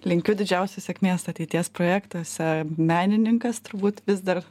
linkiu didžiausios sėkmės ateities projektuose menininkas turbūt vis dar